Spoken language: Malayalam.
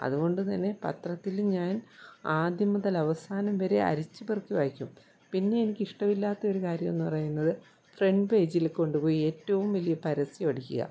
അതുകൊണ്ട് തന്നെ പത്രത്തിൽ ഞാൻ ആദ്യം മുതൽ അവസാനം വരെ അരിച്ചു പെറുക്കി വായിക്കും പിന്നെ എനിക്ക് ഇഷ്ടമില്ലാത്തൊരു കാര്യം എന്നു പറയുന്നത് ഫ്രണ്ട് പേജിൽ കൊണ്ടു പോയി ഏറ്റവും വലിയ പരസ്യം അടിക്കുക